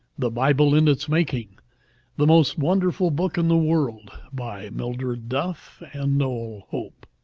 the bible in its making the most wonderful book in the world by mildred duff and noel hope